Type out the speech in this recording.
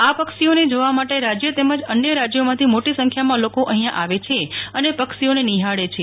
આ પક્ષીઓને જોવા માટે રાજ્ય તેમજ અન્ય રાજ્યોમાંથી મોટી સંખ્યામાં લોકો અફીયા આવે છે અને પક્ષીઓને નિફાળે છે